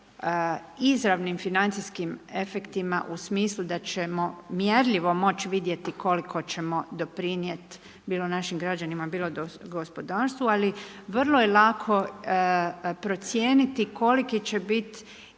izravnim financijskim efektima u smislu da ćemo mjerljivo moći vidjeti koliko ćemo doprinijeti bilo našim građanima, bilo gospodarstvu, ali vrlo je lako procijeniti koliki će biti